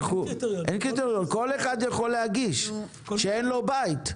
אין קריטריון, כל אחד יכול להגיש שאין לו בית.